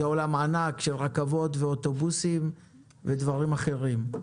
זה עולם ענק של רכבות ואוטובוסים ודברים אחרים.